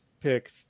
pick